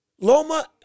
Loma